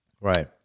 Right